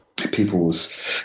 People's